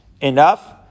enough